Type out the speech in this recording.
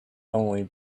only